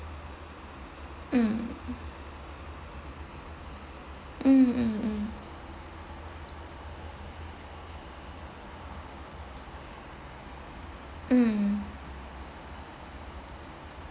mm mm mm mm mm